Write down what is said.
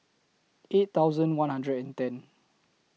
eight thousand one hundred and ten